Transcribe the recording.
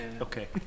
Okay